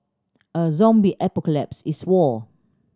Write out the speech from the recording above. a zombie apocalypse is war